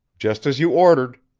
just as you ordered.